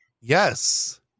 Yes